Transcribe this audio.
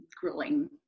grueling